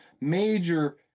major